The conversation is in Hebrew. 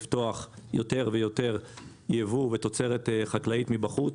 של לפתוח יותר ויותר ייבוא ותוצרת חקלאית מבחוץ.